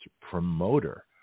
promoter